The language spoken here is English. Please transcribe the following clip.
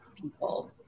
people